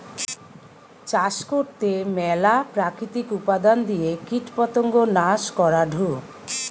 চাষ করতে ম্যালা প্রাকৃতিক উপাদান দিয়ে কীটপতঙ্গ নাশ করাঢু